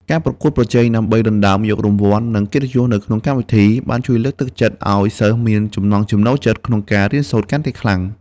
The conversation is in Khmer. ការប្រកួតប្រជែងដើម្បីដណ្ដើមយករង្វាន់ និងកិត្តិយសនៅក្នុងកម្មវិធី បានជួយលើកទឹកចិត្តឲ្យសិស្សមានចំណង់ចំណូលចិត្តក្នុងការរៀនសូត្រកាន់តែខ្លាំង។